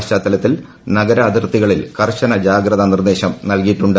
പശ്ചാത്തലത്തിൽ നഗരാതിർത്തികളിൽ കർശന ജാഗ്രതാ നിർദ്ദേശം നൽകിയിട്ടുണ്ട്